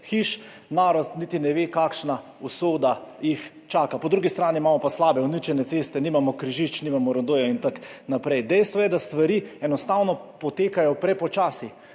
hiš, narod niti ne ve, kakšna usoda jih čaka. Po drugi strani imamo pa slabe, uničene ceste, nimamo križišč, nimamo rondojev in tako naprej. Dejstvo je, da stvari enostavno potekajo prepočasi.